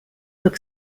look